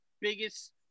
biggest